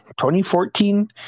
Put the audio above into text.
2014